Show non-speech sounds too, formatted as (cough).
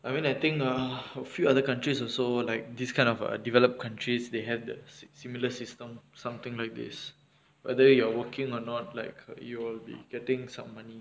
I mean I think ah (breath) a few other countries also like this kind of err developed countries they have the si~ similar systems something like this whether you are working or not like you'll be getting some money